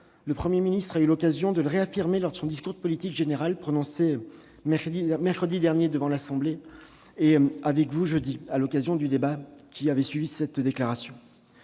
le Premier ministre a eu l'occasion de le réaffirmer lors de son discours de politique générale prononcé mercredi dernier devant l'Assemblée nationale et ici, jeudi, lors du débat ayant suivi cette déclaration.